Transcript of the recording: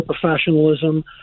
professionalism